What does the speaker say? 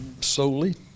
solely